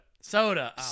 Soda